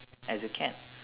as you can